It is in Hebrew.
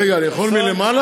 רגע, אני יכול מלמעלה?